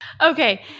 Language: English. Okay